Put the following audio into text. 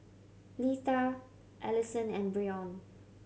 Litha Alison and Brion